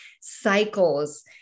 cycles